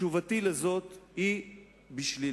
תשובתי על זאת היא בשלילה.